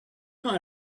kind